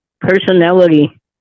personality